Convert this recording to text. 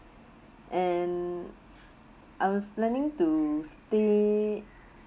and I was planning to stay